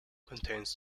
contains